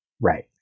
Right